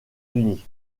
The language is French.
unis